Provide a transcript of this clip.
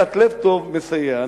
קצת לב טוב מסייע.